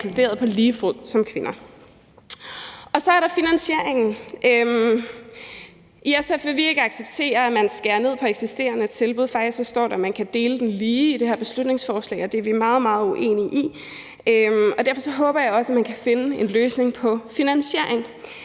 inkluderet på lige fod med kvinder? Så er der finansieringen. I SF vil vi ikke acceptere, at man skærer ned på eksisterende tilbud – faktisk står der, man kan dele finansieringen lige, i det her beslutningsforslag, og det er vi meget, meget uenige i. Derfor håber jeg også, at man kan finde en løsning på finansieringen.